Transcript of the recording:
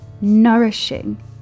nourishing